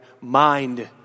mind